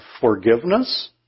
forgiveness